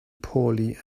poorly